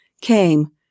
came